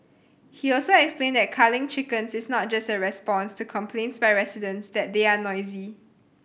he also explained that culling chickens is not just a response to complaints by residents that they are noisy